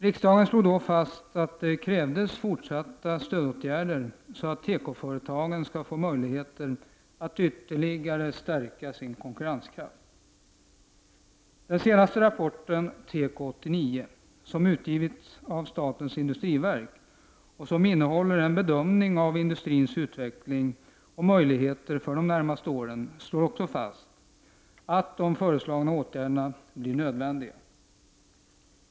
Riksdagen slog då fast att det krävdes fortsatta stödåtgärder, så att tekoföretagen skulle få möjligheter att ytterligare stärka sin konkurrenskraft. som innehåller en bedömning av industrins utveckling och möjligheter för de närmaste åren, slår också fast att de föreslagna åtgärderna blir nödvändiga.